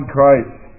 Christ